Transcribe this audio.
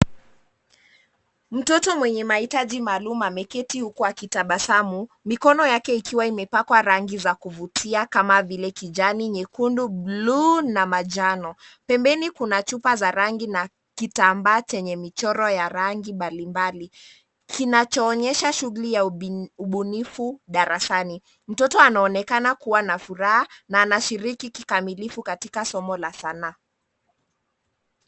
Mtoto mwenye mahitaji maalum ameketi huku akitabasamu, mikono yake ikiwa imepakwa rangi za kuvutia kama vile kijani, nyekundu, bluu na manjano. Pembeni kuna chupa za rangi na kitambaa chenye michoro ya rangi mbali mbali kinachoonyesha shughuli ya ubunifu darasani. Mtoto anaonekana kuwa na furaha, na anashiriki kikamilifu katika somo la sanaa.